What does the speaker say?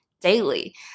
daily